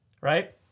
right